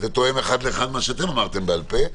הוא תואם אחד לאחד מה שאתם אמרתם בעל-פה.